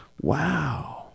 Wow